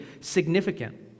significant